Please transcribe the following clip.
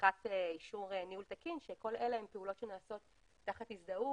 שליחת אישור ניהול תקין שכל אלה הן פעולות שנעשות תחת הזדהות